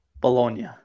Bologna